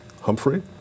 Humphrey